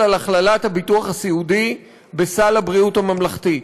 על הכללת הביטוח הסיעודי בסל הבריאות הממלכתי.